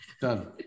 done